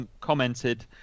commented